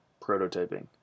prototyping